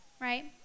Right